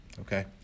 Okay